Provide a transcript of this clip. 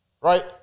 Right